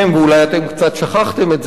ואולי אתם קצת שכחתם את זה,